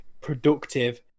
productive